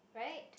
right